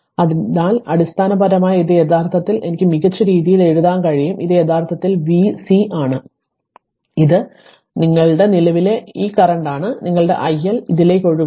അതിനാൽ അടിസ്ഥാനപരമായി ഇത് യഥാർത്ഥത്തിൽ എനിക്ക് മികച്ച രീതിയിൽ എഴുതാൻ കഴിയും ഇത് യഥാർത്ഥത്തിൽ v C ആണ് ഇത് നിങ്ങളുടെ നിലവിലെ ഈ കറന്റ് ആണ് നിങ്ങളുടെ IL ഇതിലേക്ക് ഒഴുകുന്നു